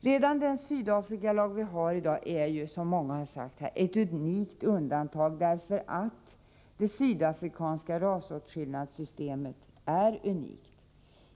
Redan den Sydafrikalag vi i dag har är, som många här har sagt, ett unikt undantag — därför att det sydafrikanska rasåtskillnadssystemet är unikt.